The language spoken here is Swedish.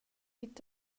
ditt